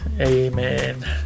Amen